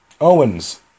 Owens